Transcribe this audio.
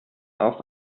auf